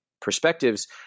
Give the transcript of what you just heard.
perspectives